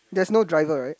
that's no driver [right]